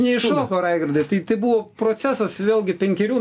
neiššoko raigardai tai ati buvo procesas vėlgi penkerių